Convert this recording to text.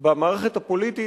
במערכת הפוליטית,